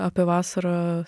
apie vasarą